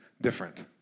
different